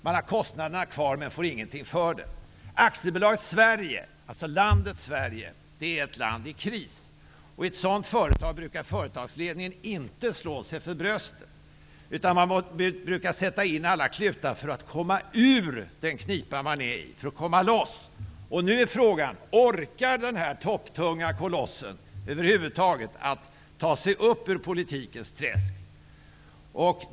Man har kostnaderna kvar men får ingenting för pengarna. AB Sverige, alltså landet Sverige, är i kris. I ett sådant företag brukar företagsledningen inte slå sig för bröstet, utan man brukar sätta till alla klutar för att komma ur den knipa man är i. Nu är frågan: Orkar den här topptunga kolossen över huvud taget ta sig upp ur politikens träsk?